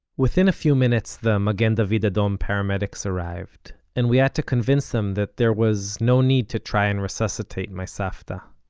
within a few minutes, the magen david adom um paramedics arrived, and we had to convince them that there was no need to try and resuscitate my savta.